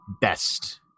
best